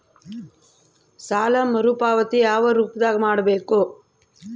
ಸಾಲ ಮರುಪಾವತಿ ಯಾವ ರೂಪದಾಗ ಮಾಡಬೇಕು?